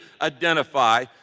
identify